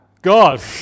God